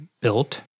built